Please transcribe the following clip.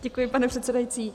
Děkuji, pane předsedající.